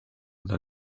una